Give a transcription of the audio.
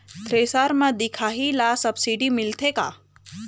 Thresher म दिखाही ला सब्सिडी मिलथे का?